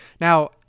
Now